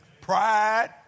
pride